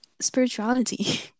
spirituality